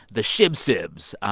the shib sibs,